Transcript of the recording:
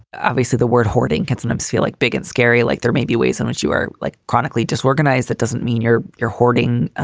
obviously the word hoarding gets an abseil like big and scary. like there may be ways in which you are like chronically disorganized. that doesn't mean your your hoarding.